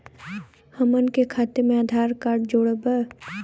हमन के खाता मे आधार कार्ड जोड़ब?